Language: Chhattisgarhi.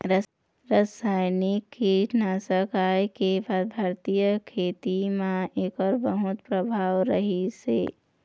रासायनिक कीटनाशक आए के बाद भारतीय खेती म एकर बहुत प्रभाव रहीसे